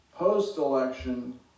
post-election